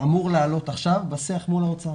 אמור לעלות עכשיו בשיח מול האוצר.